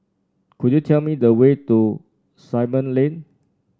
could you tell me the way to Simon Lane